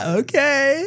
okay